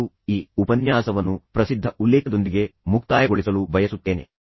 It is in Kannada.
ಮತ್ತು ಈ ಉಪನ್ಯಾಸವನ್ನು ನಿಜವಾಗಿ ನೀಡುವ ಅತ್ಯಂತ ಪ್ರಸಿದ್ಧ ಉಲ್ಲೇಖದೊಂದಿಗೆ ಮುಕ್ತಾಯಗೊಳಿಸಲು ಬಯಸುತ್ತೇನೆ